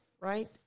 right